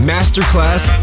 Masterclass